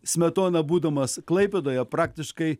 smetona būdamas klaipėdoje praktiškai